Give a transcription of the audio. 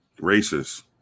Racist